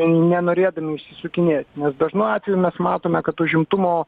nenorėdami išsisukinėt nes dažnu atveju mes matome kad užimtumo